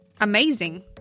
amazing